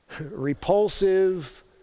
repulsive